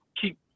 keep